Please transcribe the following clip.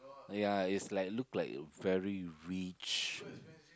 ya is like look like very rich